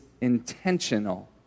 intentional